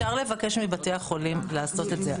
אפשר לבקש מבתי החולים לעשות את זה.